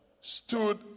stood